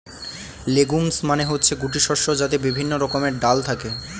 legumes মানে হচ্ছে গুটি শস্য যাতে বিভিন্ন রকমের ডাল থাকে